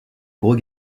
gros